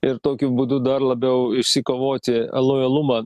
ir tokiu būdu dar labiau išsikovoti lojalumą